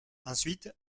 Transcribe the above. ensuite